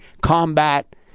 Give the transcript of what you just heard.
combat